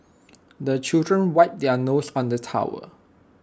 the children wipe their noses on the towel